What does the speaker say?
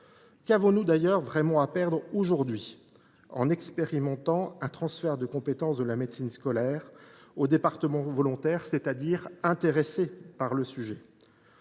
Qu’avons nous d’ailleurs vraiment à perdre aujourd’hui en expérimentant un transfert de compétence de la médecine scolaire aux départements volontaires, c’est à dire intéressés par le sujet ?